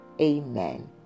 Amen